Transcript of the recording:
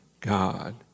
God